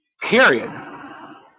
Period